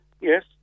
Yes